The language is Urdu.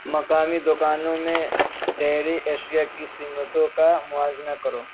مقامی دکانوں میں ڈیری اشیاء کی قیمتوں کا موازنہ کرو